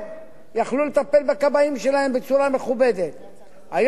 היום אנחנו מביאים את כולם למצב שהם הופכים לעובדי מדינה,